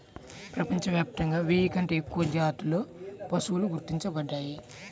ప్రపంచవ్యాప్తంగా వెయ్యి కంటే ఎక్కువ జాతుల పశువులు గుర్తించబడ్డాయి